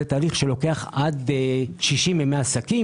תהליך שלוקח עד 60 ימי עסקים,